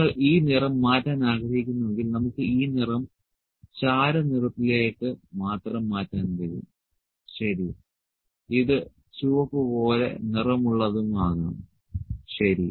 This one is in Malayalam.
നിങ്ങൾ ഈ നിറം മാറ്റാൻ ആഗ്രഹിക്കുന്നുവെങ്കിൽ നമുക്ക് ഈ നിറം ചാരനിറത്തിലേക്ക് മാത്രം മാറ്റാൻ കഴിയും ശരി ഇത് ചുവപ്പ് പോലെ നിറമുള്ളതുമാകാം ശരി